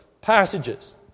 passages